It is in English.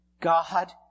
God